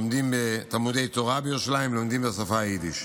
לומדים בתלמודי תורה בירושלים, לומדים בשפה יידיש.